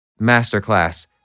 masterclass